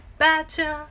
better